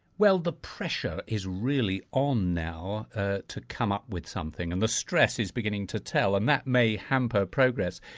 well the pressure is really on now ah to come up with something. and the stress is beginning to tell, and that may hamper progress.